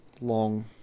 long